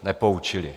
Nepoučili.